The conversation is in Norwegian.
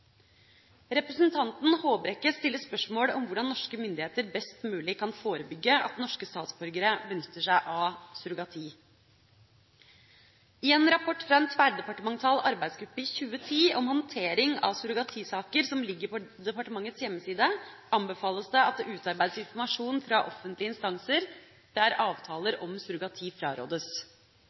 Representanten Håbrekke stiller spørsmål om hvordan norske myndigheter best mulig kan forebygge at norske statsborgere benytter seg av surrogati. I en rapport fra en tverrdepartemental arbeidsgruppe i 2010 om håndtering av surrogatisaker, som ligger på departementets hjemmeside, anbefales det at det utarbeides informasjon fra offentlige instanser der avtaler om surrogati frarådes.